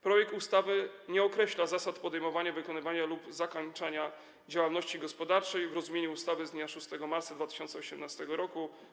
Projekt ustawy nie określa zasad podejmowania, wykonywania lub zakończenia działalności gospodarczej w rozumieniu ustawy z dnia 6 marca 2018 r.